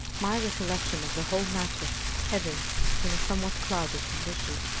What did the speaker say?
my recollection of the whole matter ebbing in a somewhat clouded condition.